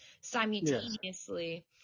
simultaneously